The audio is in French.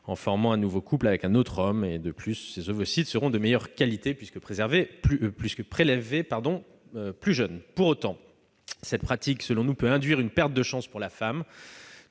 en formant un nouveau couple avec un autre homme ; de plus, ces ovocytes seront de meilleure qualité puisque prélevés alors qu'elle était plus jeune. Pour autant, cette pratique peut, selon nous, induire une perte de chances pour la femme,